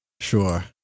Sure